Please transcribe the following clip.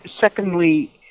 Secondly